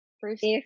First